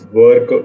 Work